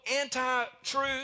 anti-truth